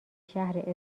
شهر